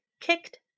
kicked